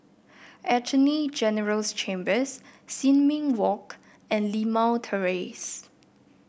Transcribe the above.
Attorney General's Chambers Sin Ming Walk and Limau Terrace